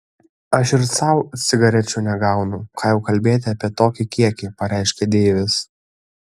aš ir sau cigarečių negaunu ką jau kalbėti apie tokį kiekį pareiškė deivis